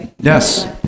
Yes